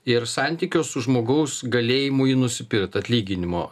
ir santykio su žmogaus galėjimu jį nusipirkt atlyginimo